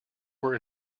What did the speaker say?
were